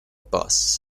bus